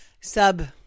Sub